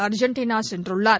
Argentina சென்றுள்ளார்